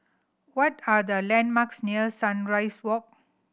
what are the landmarks near Sunrise Walk